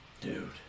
Dude